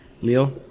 Leo